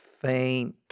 faint